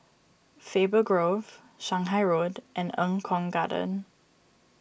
Faber Grove Shanghai Road and Eng Kong Garden